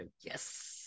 Yes